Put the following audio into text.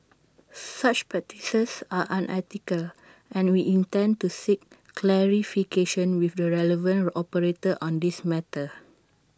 such practices are unethical and we intend to seek clarification with the relevant operator on this matter